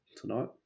tonight